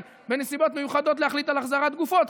בנסיבות מיוחדות להחליט על החזרת גופות,